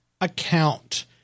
account